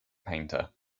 painter